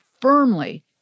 firmly